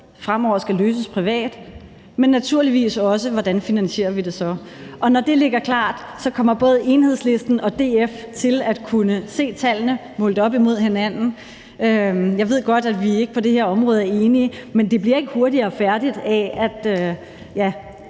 ønsker skal løses privat fremover, men naturligvis også, hvordan vi så finansierer det. Når det ligger klar, kommer både Enhedslisten og DF til at kunne se tallene målt op imod hinanden. Jeg ved godt, at vi ikke på det her område er enige, men det bliver ikke hurtigere færdigt af, at